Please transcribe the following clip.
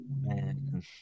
Man